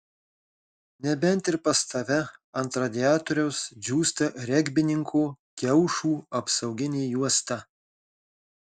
nebent ir pas tave ant radiatoriaus džiūsta regbininko kiaušų apsauginė juosta